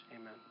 Amen